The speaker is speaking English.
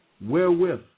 wherewith